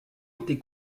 été